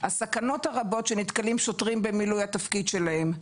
הסכנות הרבות שנתקלים שוטרים במילוי התפקיד שלהם.